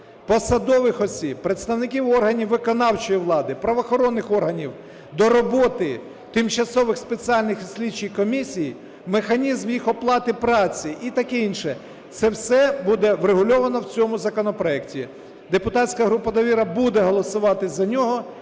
посадових осіб, представників органів виконавчої влади, правоохоронних органів до роботи тимчасових спеціальних і слідчих комісій, механізм їх оплати праці і таке інше – це все буде врегульоване в цьому законопроекті. Депутатська група "Довіра" буде голосувати за нього